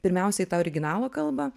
pirmiausia į tą originalo kalbą